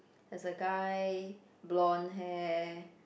there's a guy blonde hair